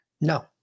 No